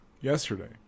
Yesterday